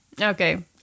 Okay